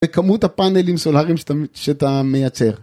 וכמות הפאנלים סולאריים שאתה מייצר.